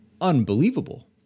unbelievable